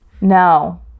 No